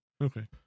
Okay